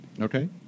Okay